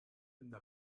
n’a